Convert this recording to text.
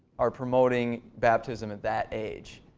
are promoting baptism at that age.